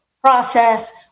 process